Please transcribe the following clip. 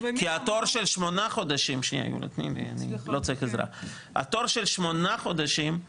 כי ההמתנה של שמונה חודשים לתור היא נקבעה